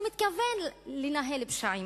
הוא מתכוון לנהל פשעים.